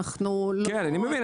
אנחנו לא --- אני מבין,